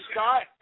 Scott –